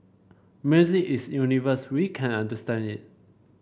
music is universal we can understand it